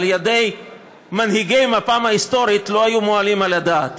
אצל מנהיגי מפ"ם ההיסטורית לא היו עולים על הדעת.